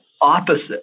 opposite